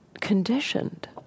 conditioned